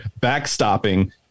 backstopping